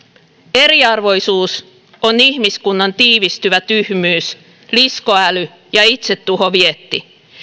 eriarvoisuus on ihmiskunnan tiivistyvä tyhmyys liskoäly ja itsetuhovietti